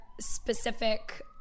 specific